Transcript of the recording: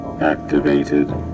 Activated